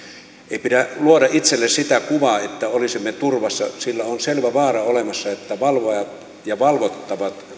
ei pidä luoda itselle sitä kuvaa että olisimme turvassa sillä on selvä vaara olemassa että valvojat ja valvottavat